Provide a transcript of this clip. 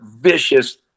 vicious